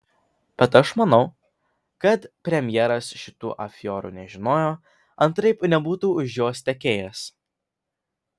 bet aš manau kad premjeras šitų afiorų nežinojo antraip nebūtų už jos tekėjęs